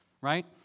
right